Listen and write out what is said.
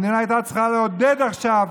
המדינה הייתה צריכה לעודד עכשיו